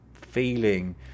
feeling